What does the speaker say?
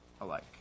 alike